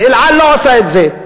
ו"אל על" לא עושה את זה,